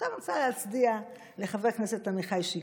עכשיו אני רוצה להצדיע לחבר הכנסת עמיחי שיקלי,